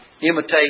imitate